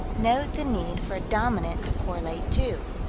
note the need for a dominant to correlate to.